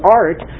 art